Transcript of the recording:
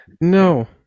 No